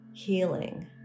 healing